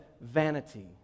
vanity